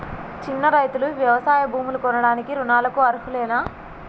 చిన్న రైతులు వ్యవసాయ భూములు కొనడానికి రుణాలకు అర్హులేనా?